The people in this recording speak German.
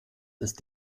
ist